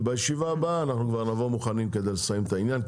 ובישיבה הבאה אנחנו כבר נבוא מוכנים כדי לסיים את העניין.